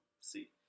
see